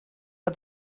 but